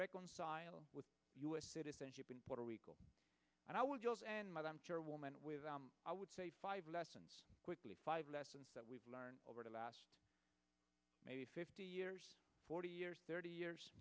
reconciled with u s citizenship in puerto rico and i would yours and mine i'm sure a woman with i would say five lessons quickly five lessons that we've learned over the last maybe fifty years forty years thirty years